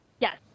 Yes